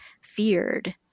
feared